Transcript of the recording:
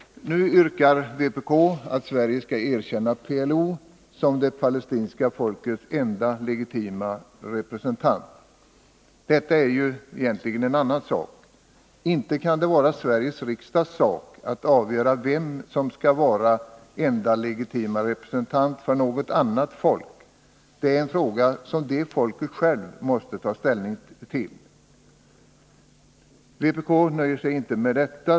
Nu yrkar vpk att Sverige skall erkänna PLO som det palestinska folkets enda legitima representant. Detta är ju egentligen en annan sak. Inte kan det vara Sveriges riksdags sak att avgöra vem som skall vara enda legitima representant för något annat folk. Det är en fråga som det folket självt måste ta ställning till. Vpk nöjer sig inte med detta.